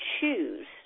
choose